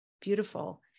Beautiful